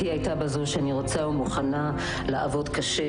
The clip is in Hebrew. במכללה האקדמית ספיר,